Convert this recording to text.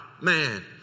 man